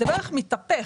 זה מתהפך.